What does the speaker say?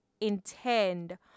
intend